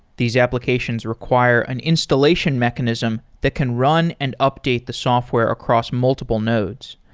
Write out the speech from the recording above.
these applications require an installation mechanism that can run and update the software across multiple nodes.